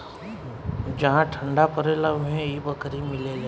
जहा ठंडा परेला उहे इ बकरी मिलेले